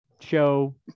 show